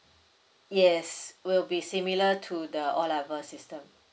yes will be similar to the o level system